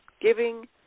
giving